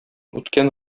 үткән